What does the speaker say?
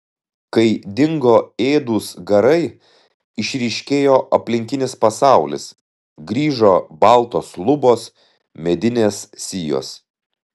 kai dingo ėdūs garai išryškėjo aplinkinis pasaulis grįžo baltos lubos medinės sijos